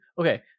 Okay